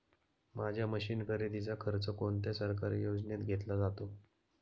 माझ्या मशीन खरेदीचा खर्च कोणत्या सरकारी योजनेत घेतला जातो?